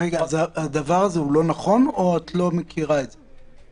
אז הדבר הזה הוא לא נכון או שאת לא מכירה את זה?